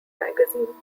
magazine